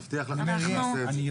אני מבטיח לך שאנחנו נעשה את זה.